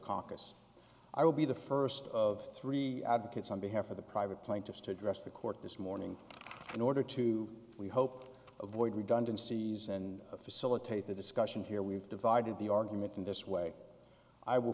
caucus i will be the first of three advocates on behalf of the private plaintiffs to address the court this morning in order to we hope to avoid redundancies and facilitate the discussion here we've divided the argument in this way i will